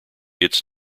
its